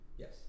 Yes